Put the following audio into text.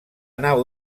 nau